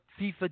FIFA